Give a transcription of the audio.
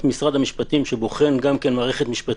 משרד המשפטים שבוחן גם כן מערכת משפטית,